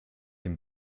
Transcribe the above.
dem